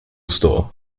store